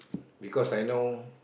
because I know